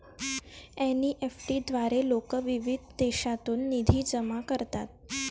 NEFT द्वारे लोक विविध देशांतून निधी जमा करतात